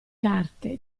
carte